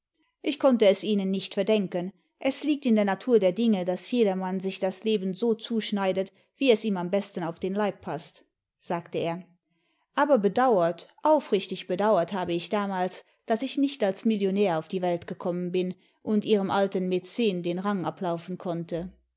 ich konnte es ihnen nicht verdenken es liegt in der natur der dinge daß jedermann sich das leben so zuschneidet wie es ihm am besten auf den leib paßt sagte er aber bedauert aufrichtig bedauert habe ich damals daß ich nicht als millionäir auf die welt gekommen bin und ihrem alten mäcen den rang ablaufen konnte